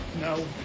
No